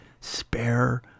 spare